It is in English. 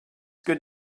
good